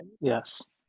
Yes